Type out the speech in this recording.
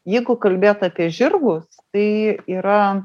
jeigu kalbėt apie žirgus tai yra